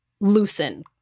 loosen